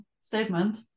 statement